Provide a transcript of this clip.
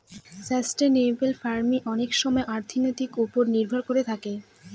sustainable farming অনেক সময় অর্থনীতির ওপর নির্ভর করে থাকে